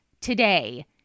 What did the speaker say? today